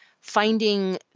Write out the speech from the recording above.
finding